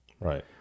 right